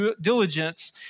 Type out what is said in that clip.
diligence